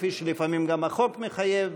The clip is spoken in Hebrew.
כפי שלפעמים גם החוק מחייב,